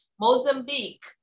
Mozambique